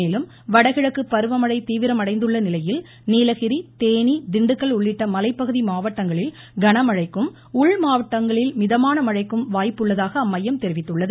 மேலும் வடகிழக்கு பருவமழை தீவிரம் அடைந்துள்ளநிலையில் நீலகிரி தேனி திண்டுக்கல் உள்ளிட்ட மலைப்பகுதி மாவட்டங்களில் கனமழைக்கும் உள் மாவட்டங்களில் மிதமான மழைக்கும் வாய்ப்புள்ளதாக அம்மையம் தெரிவித்துள்ளது